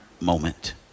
moment